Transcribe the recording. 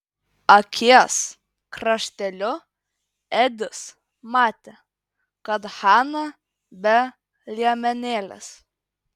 akies krašteliu edis matė kad hana be liemenėlės